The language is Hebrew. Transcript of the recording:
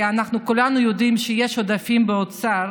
כי כולנו יודעים שיש עודפים באוצר,